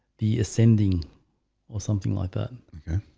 the ascending or something like that